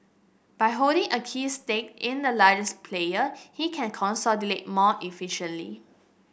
by holding a key stake in the largest player he can more efficiently